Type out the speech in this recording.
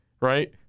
right